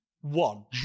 One